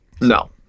No